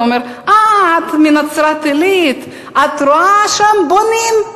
הוא אומר: אה, את מנצרת-עילית, את רואה שם, בונים?